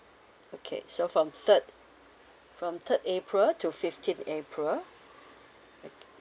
okay so from third from third april to fifteen april